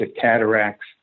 cataracts